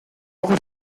ojos